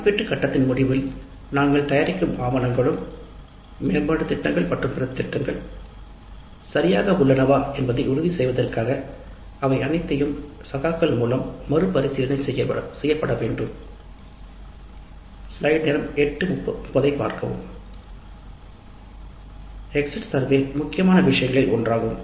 மதிப்பீட்டு கட்டத்தின் முடிவில் நாங்கள் தயாரிக்கும் ஆவணங்களும் மேம்பாட்டுத் திட்டங்கள் மற்றும் பிற திட்டங்கள் சரியாக உள்ளனவா என்பதை உறுதி செய்வதற்காக அவை அனைத்தையும் மறுபரிசீலனை செய்ய வேண்டும் எக்ஸிட் சர்வே முக்கியமான விஷயங்களில் ஒன்றாகும்